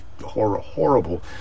horrible